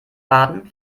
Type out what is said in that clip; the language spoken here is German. baden